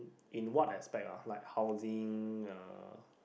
in what aspect ah like housing uh